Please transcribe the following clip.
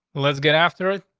let's get after it.